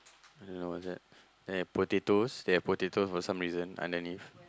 I don't what's that then have potatoes they have potatoes for some reason underneath